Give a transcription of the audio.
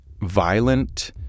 violent